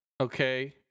okay